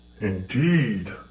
Indeed